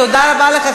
תודה רבה לך,